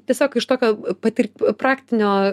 tiesiog iš tokio patirt praktinio